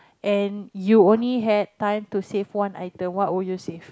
and you only had time to save one item what would you save